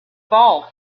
ball